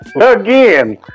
Again